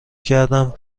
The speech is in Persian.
کردم